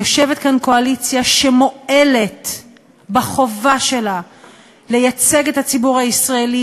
יושבת כאן קואליציה שמועלת בחובה שלה לייצג את הציבור הישראלי,